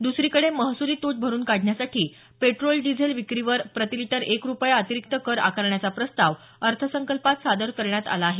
दुसरीकडे महसुली तूट भरून काढण्यासाठी पेट्रोल डिझेल विक्रीवर प्रतिलिटर एक रूपया अतिरिक्त कर आकारण्याचा प्रस्ताव अर्थसंकल्पात सादर करण्यात आला आहे